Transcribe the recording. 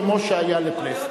כמו שהיה לפלסנר.